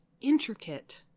intricate